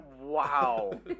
Wow